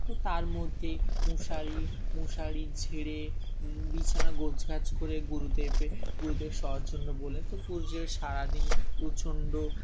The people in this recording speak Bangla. তো তার মধ্যে মশারি মশারি ঝেড়ে বিছানা গোছ গাছ করে গুরুদেবে গুরুদেব শোয়ার জন্য বলেন তো গুরুদেবের সারাদিন প্রচণ্ড